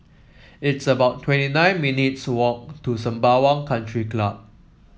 it's about twenty nine minutes' walk to Sembawang Country Club